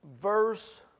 verse